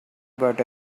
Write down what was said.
but